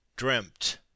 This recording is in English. dreamt